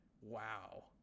Wow